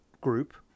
group